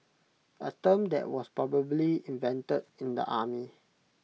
A term that was probably invented in the army